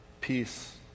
peace